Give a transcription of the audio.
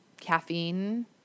caffeine